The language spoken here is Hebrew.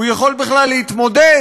הוא יכול בכלל להתמודד.